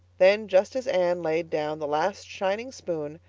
then, just as anne laid down the last shining spoon,